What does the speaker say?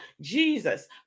Jesus